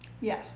Yes